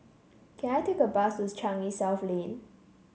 can I take a bus to Changi South Lane